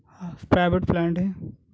private plant ہیں